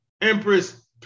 Empress